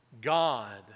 God